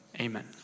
amen